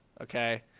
Okay